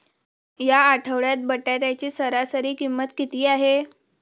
या आठवड्यात बटाट्याची सरासरी किंमत किती आहे?